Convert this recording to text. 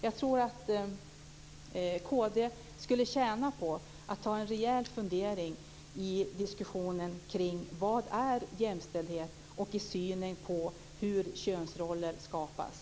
Jag tror att kd skulle tjäna på att ta en rejäl fundering i diskussionen kring vad jämställdhet är och synen på hur könsroller skapas.